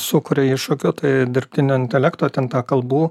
sukuria iššūkių tai dirbtinio intelekto ten tą kalbų